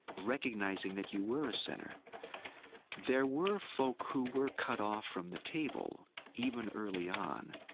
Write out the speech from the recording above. recognizing that you were a sinner there were folk who were cut off from the table even early on.